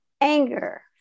Anger